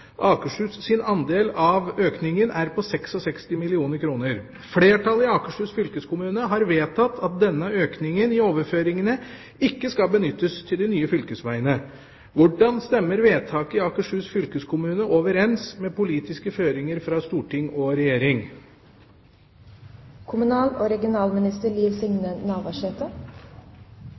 andel av denne økningen er på 66 mill. kr. Flertallet i Akershus fylkeskommune har vedtatt at denne økningen i overføringene ikke skal benyttes til de nye fylkesvegene. Hvordan stemmer vedtaket i Akershus fylkeskommune overens med politiske føringer fra storting og regjering?»